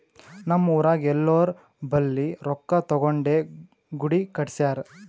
ನಮ್ ಊರಾಗ್ ಎಲ್ಲೋರ್ ಬಲ್ಲಿ ರೊಕ್ಕಾ ತಗೊಂಡೇ ಗುಡಿ ಕಟ್ಸ್ಯಾರ್